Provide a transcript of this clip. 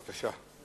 בתקופת החופשה,